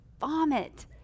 vomit